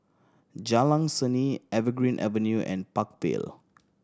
Jalan Seni Evergreen Avenue and Park Vale